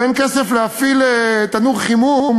ואין כסף להפעיל תנור חימום